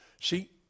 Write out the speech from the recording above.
See